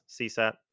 csat